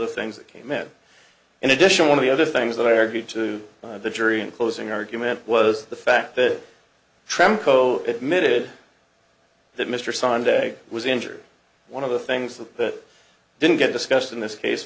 the things that came out in addition one of the other things that i argued to the jury in closing argument was the fact that tram co admitted that mr sunday was injured one of the things that didn't get discussed in this case